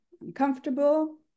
uncomfortable